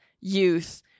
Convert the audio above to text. youth